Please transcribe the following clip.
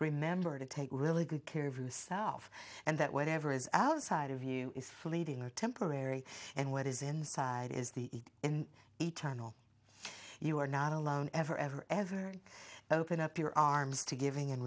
remember to take really good care of yourself and that whatever is outside of you is fleeting or temporary and what is inside is the and eternal you are not alone ever ever ever open up your arms to giving and